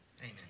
Amen